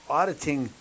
auditing